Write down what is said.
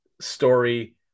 story